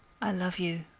i love you,